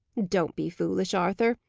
don't be foolish, arthur.